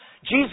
Jesus